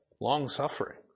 long-suffering